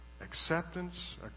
acceptance